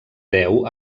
deu